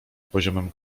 poziomem